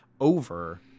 over